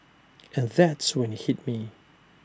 and that's when IT hit me